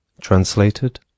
TRANSLATED